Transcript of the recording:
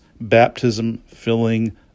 baptism-filling